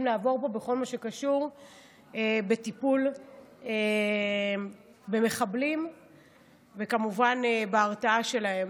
לעבור פה בכל מה שקשור בטיפול במחבלים וכמובן בהרתעה שלהם.